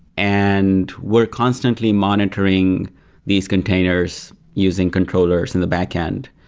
and we're constantly monitoring these containers using controllers in the backend.